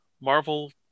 Marvel